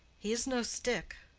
he is no stick.